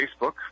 Facebook